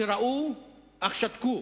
שראו אך שתקו,